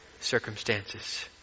circumstances